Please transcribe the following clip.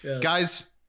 Guys